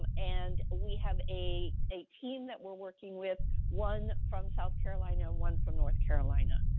um and we have a a team that we are working with, one from south carolina, one from north carolina.